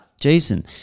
Jason